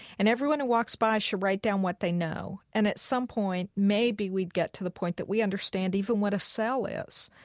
and everyone who walks by should write down what they know. and at some point maybe we'd get to the point that we understand even what a cell is.